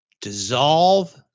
Dissolve